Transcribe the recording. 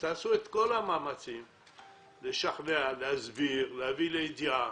תעשו את כל המאמצים לשכנע, להסביר, להביא לידיעה,